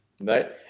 right